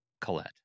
Colette